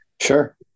Sure